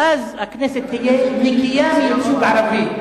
ואז הכנסת תהיה נקייה מייצוג ערבי.